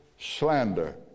Slander